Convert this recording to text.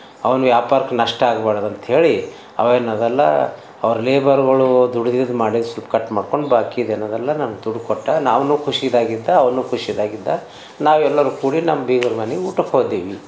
ಅವನ ವ್ಯಾಪಾರಕ್ಕೆ ನಷ್ಟ ಆಗ್ಬಾರ್ದು ಅಂಥೇಳಿ ಅವ ಏನು ಅದಲ್ಲ ಅವರು ಲೇಬರ್ಗಳು ದುಡಿದಿದ್ದು ಮಾಡಿಸು ಕಟ್ ಮಾಡಿಕೊಂಡು ಬಾಕಿದು ಏನದಲ್ಲ ನನ್ಗೆ ದುಡ್ಡು ಕೊಟ್ಟ ನಾವೂನು ಖುಷಿಯಾಗಿದ್ದ ಅವನು ಖುಷಿಯಾಗಿದ್ದ ನಾವು ಎಲ್ಲರೂ ಕೂಡಿ ನಮ್ಮ ಬೀಗರ ಮನೆಗೆ ಊಟಕ್ಕೆ ಹೋದಿವಿ